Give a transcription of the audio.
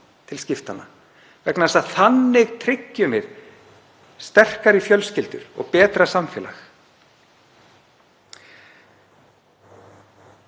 til skiptanna vegna þess að þannig tryggðum við sterkari fjölskyldur og betra samfélag.